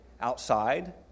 outside